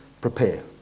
prepare